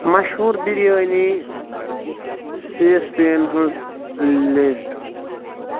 مشہوٗر بِریانی سیسپیٚیَن ہٕنٛز لِسٹ